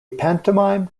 pantomime